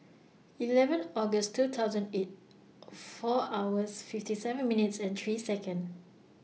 eleven August two thousand eight four hours fifty seven minutes and three Second